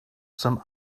some